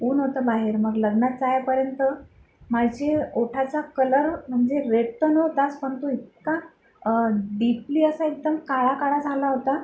ऊन होतं बाहेर मग लग्नात जाईपर्यंत माझी ओठाचा कलर म्हणजे रेड तर नव्हताच पण तो इतका डीपली असा एकदम काळाकाळा झाला होता